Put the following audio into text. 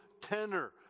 tenor